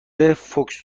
فوکس